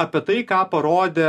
apie tai ką parodė